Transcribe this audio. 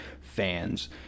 fans